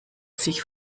sich